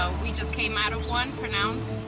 we just came out of one pronounced.